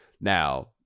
Now